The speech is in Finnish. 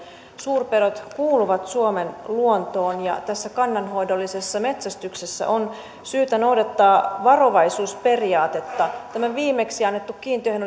suurpedot kuuluvat suomen luontoon ja kannanhoidollisessa metsästyksessä on syytä noudattaa varovaisuusperiaatetta tämä viimeksi annettu kiintiöhän